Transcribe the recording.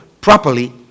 properly